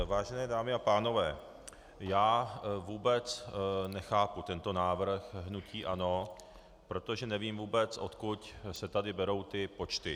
Vážené dámy a pánové, já vůbec nechápu tento návrh hnutí ANO, protože vůbec nevím, odkud se tady berou ty počty.